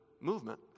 movement